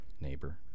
neighbor